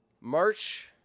March